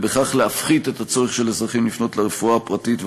ובכך להפחית את הצורך של אזרחים לפנות לרפואה הפרטית,